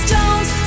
Jones